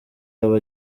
aba